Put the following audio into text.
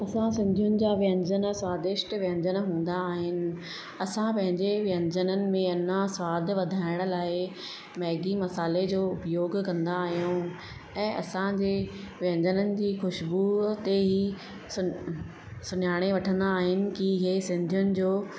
असां सिंधियुनि जा व्यंजन स्वादिष्ट व्यंजन हूंदा आहिनि असां पंहिंजे व्यंजननि में अञा सवादु वधाइण लाइ मैगी मसाले जो उपयोगु कंदा आहियूं ऐं असांजे व्यंजननि जी ख़ुश्बू ते ई सन सुञाणे वठंदा आहिनि की इहा सिंधियुनि जो